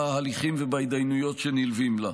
בהליכים ובהתדיינויות שנלווים לה.